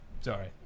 Sorry